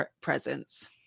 presence